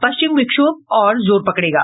पश्चिम विक्षोभ और जोर पकड़ेगा